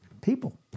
people